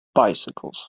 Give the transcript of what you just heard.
bicycles